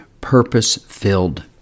purpose-filled